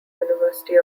university